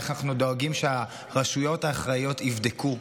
איך אנחנו דואגים שהרשויות האחראיות יבדקו.